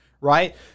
right